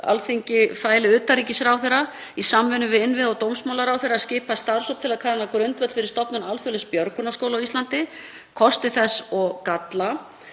Alþingi feli utanríkisráðherra í samvinnu við innviða- og dómsmálaráðherra að skipa starfshóp til að kanna grundvöll fyrir stofnun alþjóðlegs björgunarskóla á Íslandi, kosti þess og galla.